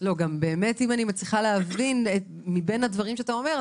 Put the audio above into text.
גם באמת אם אני מצליחה להבין מבין הדברים שאתה אומר,